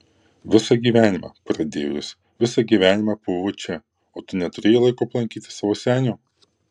visą gyvenimą pradėjo jis visą gyvenimą pūvu čia o tu neturėjai laiko aplankyti savo senio